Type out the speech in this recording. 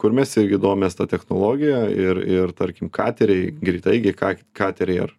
kur mes irgi domės ta technologija ir ir tarkim kateriai greitaeigiai kateriai ar